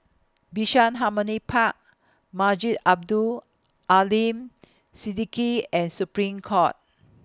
Bishan Harmony Park Masjid Abdul Aleem Siddique and Supreme Court